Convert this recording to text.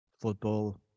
football